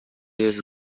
yesu